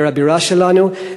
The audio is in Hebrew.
עיר הבירה שלנו.